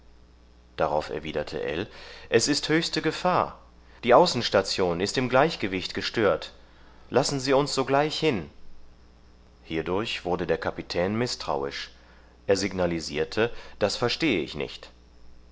darauf erwiderte ell es ist höchste gefahr die außenstation ist im gleichgewicht gestört lassen sie uns sogleich hin hierdurch wurde der kapitän mißtrauisch er signalisierte das verstehe ich nicht